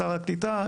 שר הקליטה,